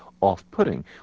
off-putting